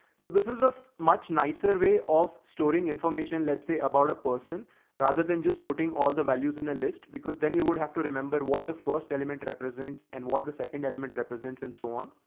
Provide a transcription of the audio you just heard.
so this is a much nicer way of storing information. let's say about a person rather than just putting all the values in a list, because then you would have to remember what the first element represents. and what the second element represents and so on,